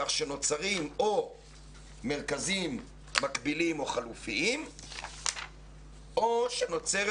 כך שנוצרים או מרכזים מקבילים או חלופיים או שנוצרת